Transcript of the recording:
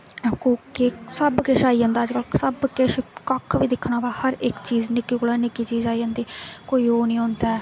कोई के सब किश आई जंदा अज्जकल सब किश कक्ख बी दिक्खने होऐ हर इक चीज निक्के कोला निक्की चीज आई जंदी कोई ओह् नेईं होंदा ऐ